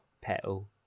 petal